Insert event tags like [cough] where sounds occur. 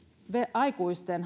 aikuisten [unintelligible]